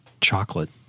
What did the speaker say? chocolate